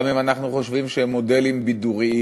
גם אם אנחנו חושבים שהם מודלים בידוריים,